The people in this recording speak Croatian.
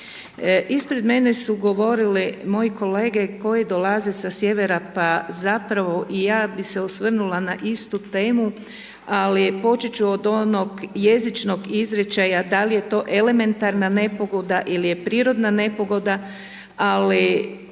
Ispred mene su govorili moji kolege koji govore sa sjevera, pa zapravo, i ja bi se osvrnula na istu temu, ali poći ću od onog jezičnog izrečaja, da li je to elementarna nepogoda ili je prirodna nepogoda, ali